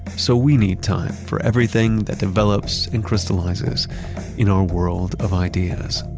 so we need time for everything that develops and crystallizes in our world of ideas.